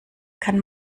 kann